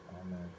Amen